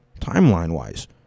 timeline-wise